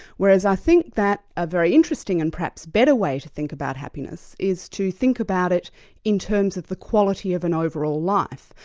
whereas i think that a very interesting and perhaps better way to think about happiness is to think about it in terms of the quality of an overall life.